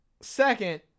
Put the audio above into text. Second